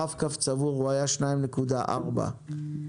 ברב-קו צבור הוא היה 2.4 שקלים.